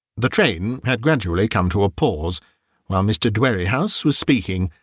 the train had gradually come to a pause while mr. dwerrihouse was speaking,